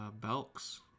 Belk's